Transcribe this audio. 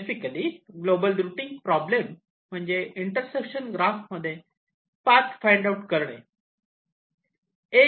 basically global routing problem म्हणजे intersection graph मध्ये path find out करणे